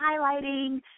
highlighting